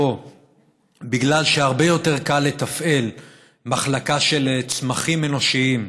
שבגלל שהרבה יותר קל לתפעל מחלקה של צמחים אנושיים